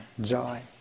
joy